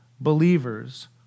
believers